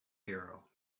hero